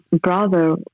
brother